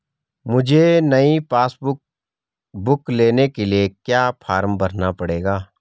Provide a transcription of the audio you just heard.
मुझे नयी passbook book लेने के लिए क्या फार्म भरना पड़ेगा?